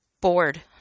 bored